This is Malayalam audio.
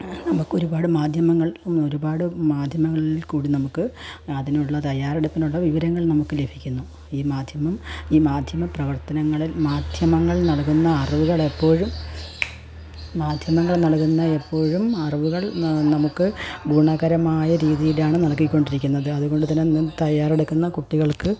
നമുക്ക് ഒരുപാട് മാധ്യമങ്ങൾ ഒരുപാട് മാധ്യമങ്ങളിൽ കൂടി നമുക്ക് അതിനുള്ള തയ്യാറെടുപ്പിനുള്ള വിവരങ്ങൾ നമുക്ക് ലഭിക്കുന്നു ഈ മാധ്യമം ഈ മാധ്യമ പ്രവർത്തനങ്ങളെ മാധ്യമങ്ങൾ നൽകുന്ന അറിവുകളെപ്പോഴും മാധ്യമങ്ങൾ നൽകുന്ന എപ്പോഴും അറിവുകൾ നമുക്ക് ഗുണകരമായ രീതിയിലാണ് നല്കി കൊണ്ടിരിക്കുന്നത് അത്കൊണ്ട് തന്നെ അതിന് തയ്യാറെടുക്കുന്ന കുട്ടികൾക്ക്